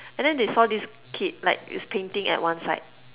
and then they saw this kid like it's painting at one side